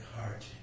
heart